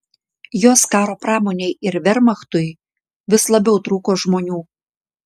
jos karo pramonei ir vermachtui vis labiau trūko žmonių